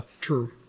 true